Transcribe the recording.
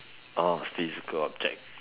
oh physical object